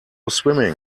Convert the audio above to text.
swimming